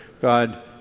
God